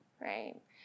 right